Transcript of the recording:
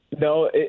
no